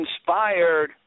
inspired